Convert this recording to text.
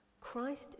Christ